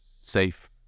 safe